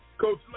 Coach